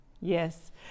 Yes